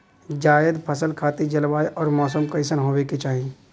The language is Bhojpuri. जायद फसल खातिर जलवायु अउर मौसम कइसन होवे के चाही?